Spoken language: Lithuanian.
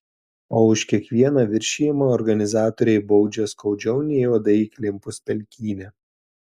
o už kiekvieną viršijimą organizatoriai baudžia skaudžiau nei uodai įklimpus pelkyne